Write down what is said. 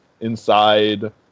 inside